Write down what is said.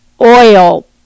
oil